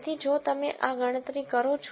તેથી જો તમે આ ગણતરી કરો છો